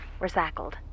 recycled